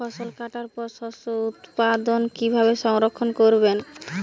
ফসল কাটার পর শস্য উৎপাদন কিভাবে সংরক্ষণ করবেন?